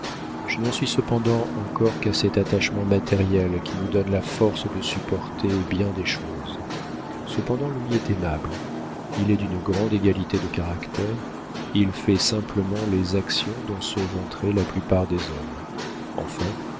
n'en suis cependant encore qu'à cet attachement matériel qui nous donne la force de supporter bien des choses cependant louis est aimable il est d'une grande égalité de caractère il fait simplement les actions dont se vanteraient la plupart des hommes enfin